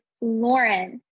Lauren